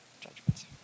judgments